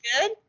good